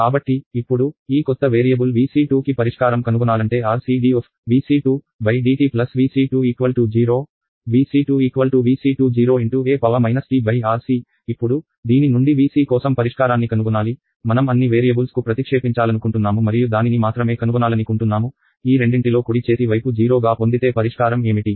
కాబట్టి ఇప్పుడు ఈ కొత్త వేరియబుల్ V C 2 కి పరిష్కారం కనుగొనాలంటే RC ddt V c 2 0 V c 2 Vc20 × e t R C ఇప్పుడు దీని నుండి V c కోసం పరిష్కారాన్ని కనుగొనాలి మనం అన్ని వేరియబుల్స్ కు ప్రతిక్షేపించాలనుకుంటున్నాము మరియు దానిని మాత్రమే కనుగొనాలని కుంటున్నాము ఈ రెండింటిలో కుడి చేతి వైపు 0 గా పొందితే పరిష్కారం ఏమిటి